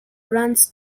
runs